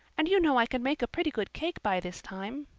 and you know i can make a pretty good cake by this time.